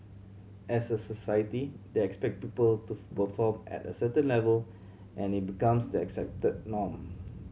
as a society they expect people to perform at a certain level nd it becomes the accepted norm